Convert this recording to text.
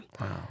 Wow